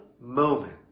moment